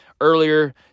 earlier